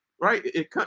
right